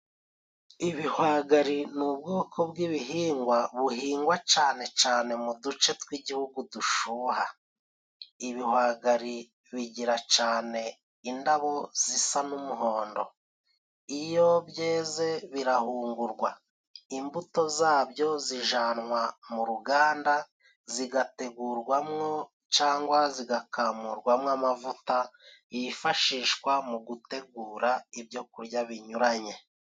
Ibihwagari ni ubwoko bw'ibihingwa buhingwa cane cane mu duce tw'igihugu dushuha ibihwagari bigira cane indabo zisa n'umuhondo iyo byeze birahungurwa imbuto zabyo zijanwa mu ruganda zigategurwamwo cangwa zigakamurwamo amavuta yifashishwa mu gutegura ibyo kurya binyuranye.